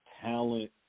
talent